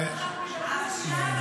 עכשיו,